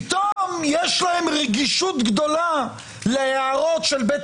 פתאום יש להם רגישות גדולה להערות של בית